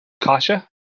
Kasha